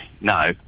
No